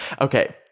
Okay